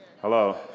hello